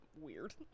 weird